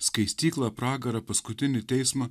skaistyklą pragarą paskutinį teismą